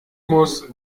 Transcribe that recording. muss